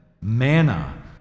manna